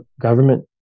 government